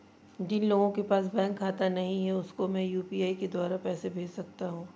जिन लोगों के पास बैंक खाता नहीं है उसको मैं यू.पी.आई के द्वारा पैसे भेज सकता हूं?